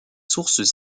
sources